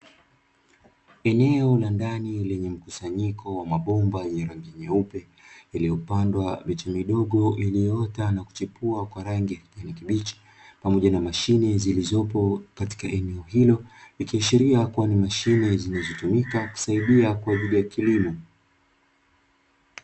Eneo la ndani lenye mkusanyiko wa mabomba yenye rangi nyeupe, iliyopandwa miche midogo iliyoota na kuchipua kwa rangi ya kijani kibichi, pamoja na mashine zilizopo katika eneo hilo ikiashiria ni mashine zinazotumika kusaidia kwa ajili ya kilimo.